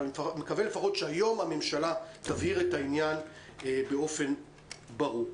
אבל אני מקווה שלפחות היום הממשלה תבהיר את העניין באופן ברור.